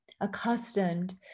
accustomed